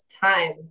time